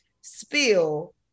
Spill